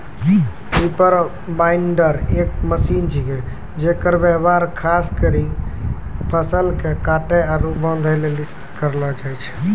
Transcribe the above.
reaper binder एक machine छिकै जेकर व्यवहार खास करी फसल के काटै आरू बांधै लेली करलो जाय छै